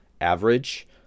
average